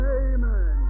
amen